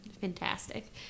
fantastic